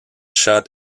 shot